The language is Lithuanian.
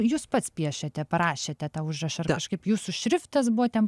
jūs pats piešėte parašėte tą užrašą ar kažkaip jūsų šriftas buvo ten